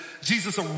Jesus